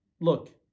look